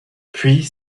puis